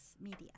Media